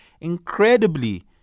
incredibly